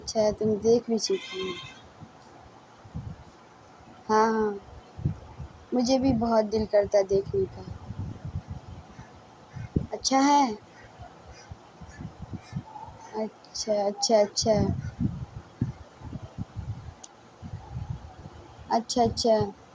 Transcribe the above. اچھا تو تم دیکھ بھی چکی ہاں ہاں مجھے بھی بہت دل کرتا دیکھنے کا اچھا ہے اچھا اچھا اچھا اچھا اچھا